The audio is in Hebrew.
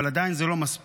אבל עדיין זה לא מספיק,